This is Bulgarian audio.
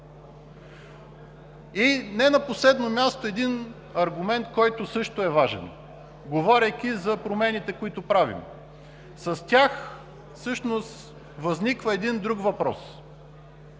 Не на последно място един аргумент, който също е важен, говорейки за промените, които правим. С тях всъщност възниква един друг въпрос: